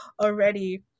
already